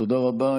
תודה רבה.